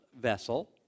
vessel